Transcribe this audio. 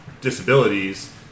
disabilities